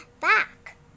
back